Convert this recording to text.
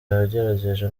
yagerageje